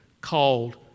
called